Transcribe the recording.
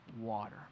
water